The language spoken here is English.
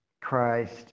Christ